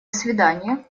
свиданья